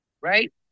right